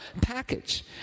package